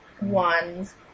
ones